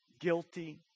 Guilty